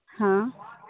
हाँ